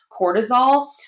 cortisol